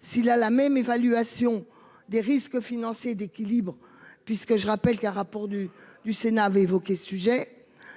si la la même évaluation des risques financiers d'équilibre puisque je rappelle qu'un rapport du du Sénat avait évoqué ce sujet.